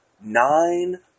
nine